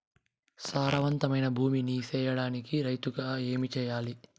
సారవంతమైన భూమి నీ సేయడానికి రైతుగా ఏమి చెయల్ల?